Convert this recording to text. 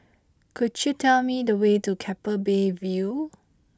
could you tell me the way to Keppel Bay View